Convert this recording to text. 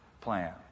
plan